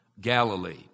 Galilee